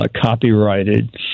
copyrighted